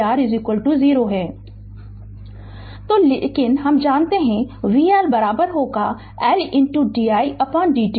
Refer Slide Time 0851 तो लेकिन हम जानते हैं कि vL L di dt और vR I r